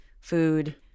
food